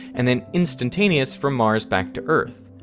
and then instantaneous from mars back to earth.